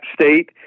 State